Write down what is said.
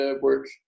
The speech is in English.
work